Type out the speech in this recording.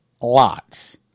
lots